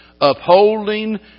Upholding